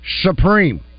supreme